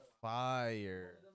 fire